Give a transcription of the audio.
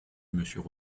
monsieur